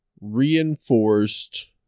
reinforced